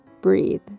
breathe